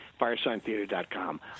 firesigntheater.com